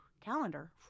Calendar